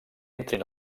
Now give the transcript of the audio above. entrin